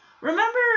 Remember